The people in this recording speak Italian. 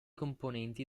componenti